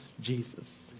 Jesus